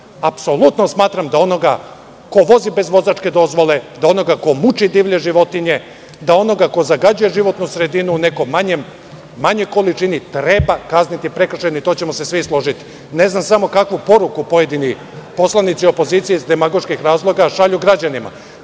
Apsolutno smatram da onoga ko vozi bez vozačke dozvole, da onoga ko muči divlje životinje, ko zagađuje životnu sredinu u nekoj manjoj količini treba kazniti i tu ćemo se svi složiti. Ne znam kakvu poruku pojedini poslanici opozicije iz demagoških razloga šalju građanima,